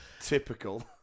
typical